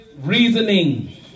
reasoning